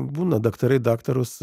būna daktarai daktarus